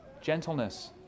Gentleness